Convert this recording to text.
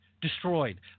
destroyed